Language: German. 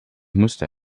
muster